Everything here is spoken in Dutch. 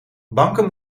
banken